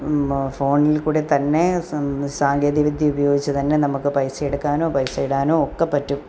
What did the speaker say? ഓ ഫോണിൽ കൂടെത്തന്നെ സം സാങ്കേതിക വിദ്യയുപയോഗിച്ചു തന്നെ നമുക്ക് പൈസയെടുക്കാനോ പൈസയിടാനോ ഒക്കെ പറ്റും